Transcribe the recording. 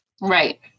Right